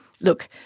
look